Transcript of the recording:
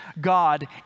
God